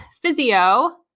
physio